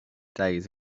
days